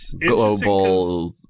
global